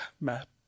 map